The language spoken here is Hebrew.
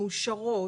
מאושרות.